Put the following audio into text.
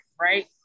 right